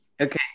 Okay